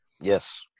Yes